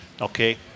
Okay